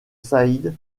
saïd